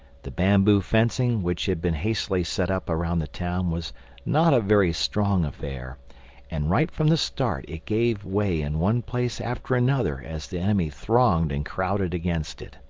the bamboo fencing which had been hastily set up around the town was not a very strong affair and right from the start it gave way in one place after another as the enemy thronged and crowded against it.